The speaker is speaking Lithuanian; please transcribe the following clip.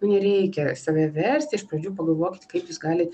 nu nereikia save versti iš pradžių pagalvokit kaip jūs galit